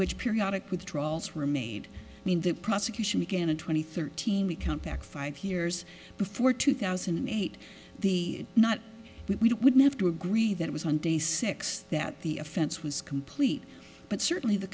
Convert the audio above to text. which periodic withdrawals remade mean that prosecution began a twenty thirteen the count back five hears before two thousand and eight the not we wouldn't have to agree that it was on day six that the offense was complete but certainly the